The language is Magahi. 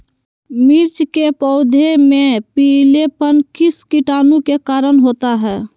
मिर्च के पौधे में पिलेपन किस कीटाणु के कारण होता है?